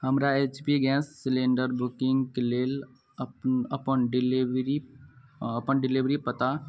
हमरा H P gas cylinder बुकिन्गके लेल अपन अपन डिलीवरी अपन डिलीवरी पता